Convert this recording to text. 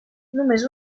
només